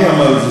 מי אמר את זה?